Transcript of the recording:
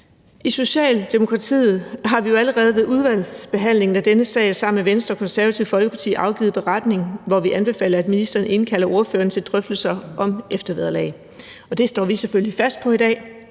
I Socialdemokratiet har vi jo allerede ved udvalgsbehandlingen af denne sag sammen med Venstre og Det Konservative Folkeparti afgivet beretning, hvor vi anbefaler, at ministeren indkalder ordførerne til drøftelser om eftervederlag. Det står vi selvfølgelig fast på i dag